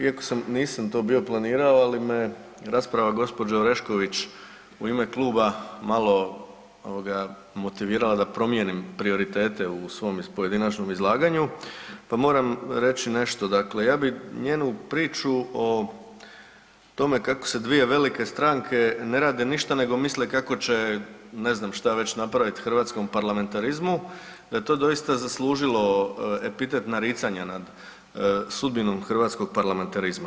Iako nisam to bio planirao ali me rasprava gospođe Orešković u ime kluba malo motivirala da promijenim prioritete u svom pojedinačnom izlaganju pa moram reći nešto, dakle ja bih njenu priču o tome kako se dvije velike strane ne rade ništa nego misle kako će ne znam šta već napraviti hrvatskom parlamentarizmu da je to doista zaslužilo epitet naricanja nad sudbinom hrvatskog parlamentarizma.